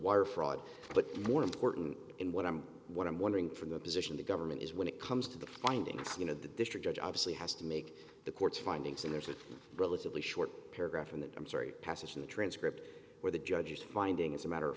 wire fraud but more important in what i'm what i'm wondering from the position the government is when it comes to the finding you know the district judge obviously has to make the court's findings and there's a relatively short paragraph in the i'm sorry passage in the transcript where the judge finding it's a matter of